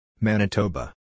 Manitoba